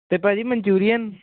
ਅਤੇ ਭਾਅ ਜੀ ਮਨਚੂਰੀਅਨ